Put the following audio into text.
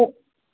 ಹಾಂ ಹಾಂ